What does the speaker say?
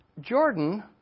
Jordan